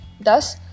thus